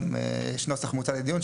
גם יש נוסח מוצע לדיון,